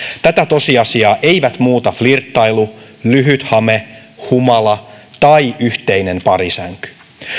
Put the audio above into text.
tätä tosiasiaa eivät muuta flirttailu lyhyt hame humala tai yhteinen parisänky